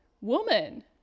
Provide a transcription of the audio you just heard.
woman